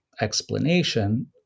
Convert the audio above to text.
explanation